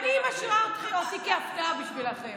אני משאירה אותי כהפתעה בשבילכם.